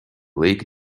league